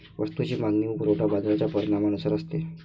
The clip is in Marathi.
वस्तूची मागणी व पुरवठा बाजाराच्या परिणामानुसार असतो